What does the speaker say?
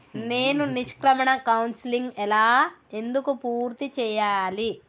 నేను నిష్క్రమణ కౌన్సెలింగ్ ఎలా ఎందుకు పూర్తి చేయాలి?